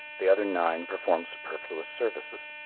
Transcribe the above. the other nine perform superfluous services.